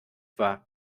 war